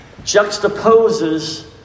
juxtaposes